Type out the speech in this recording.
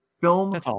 Film